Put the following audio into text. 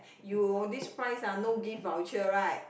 you this price ah no gift voucher right